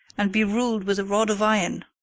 and be ruled with a rod of iron?